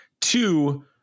two